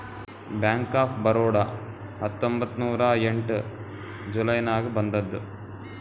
bank of Baroda ಹತ್ತೊಂಬತ್ತ್ ನೂರಾ ಎಂಟ ಜುಲೈ ನಾಗ್ ಬಂದುದ್